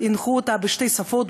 בשתי שפות,